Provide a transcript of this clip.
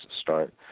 start